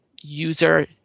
user